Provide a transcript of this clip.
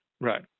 Right